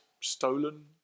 stolen